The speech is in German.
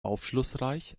aufschlussreich